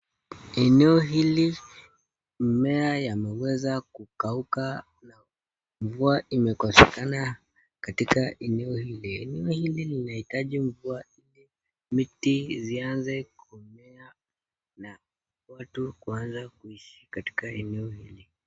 Eneo hili mimea imeweza kukauka na mvua imekosekana katika eneo hili. Eneo hili linahitaji mvua ili miti zianze kumea na watu kuanza kuishi katika eneo hili.